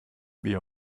wie